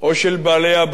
או של בעלי-הבית,